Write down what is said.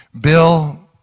Bill